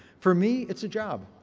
for me, it's a job.